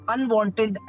Unwanted